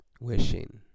Wishing